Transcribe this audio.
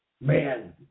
Man